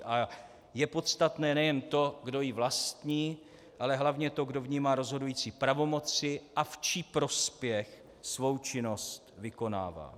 A je podstatné nejen to, kdo ji vlastní, ale hlavně to, kdo v ním má rozhodující pravomoci a v čí prospěch svou činnost vykonává.